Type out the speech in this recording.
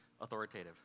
authoritative